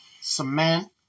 cement